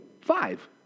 Five